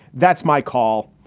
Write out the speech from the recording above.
that's my call.